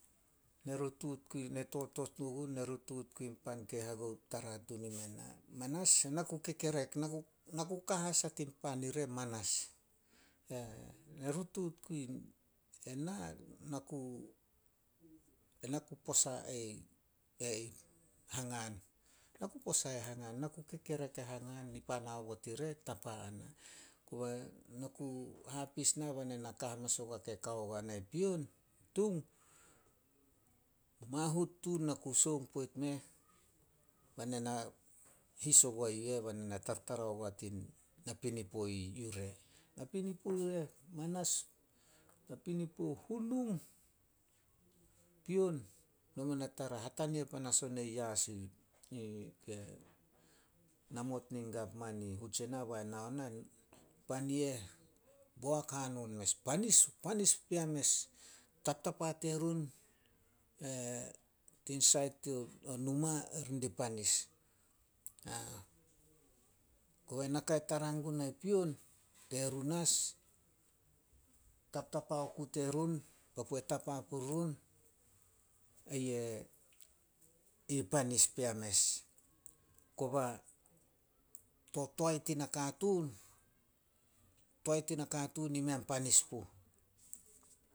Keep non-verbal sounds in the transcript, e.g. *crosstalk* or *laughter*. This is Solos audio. Ne rutuut *unintelligible* gun pan ke hagou tara tun ime na. Manas, na ku kekerek, na ku- na ku ka as a tin pan ire manas. *hesitation* Ne rutuut guin, ena, na ku- ena ku posa ai- ai- Hangan. Na ku posa ai Hangan, na ku kekerek ai Hangan. Nipan aobot ire tapa a na. Kobe, na ku hapis nah be na na ka manas ogua ke kao guana pion, Tung. Mahut tun na ku sioung poit meh, bai na na, his ogua yu eh bai na na tartara ogua tin napinipo i yu re. Napinipo i eh manas, napinipo hunung. Pion noma na tara, hatahia panas ona yas *hesitation* ke namot nin govman i Hutsena bai nao nah, pan i eh, boak hanon mes. Panis- panis pea mes, taptapa terun *hesitation* tin sait to, o numa, erun di panis. *hesitation* Kobei naka tara gunai pion, terun as, taptapa oku terun, papue tapa purirun, *unintelligible* i panis pea mes. Koba to toae tin nakatuun, toae tina katuun i mei a panis puh.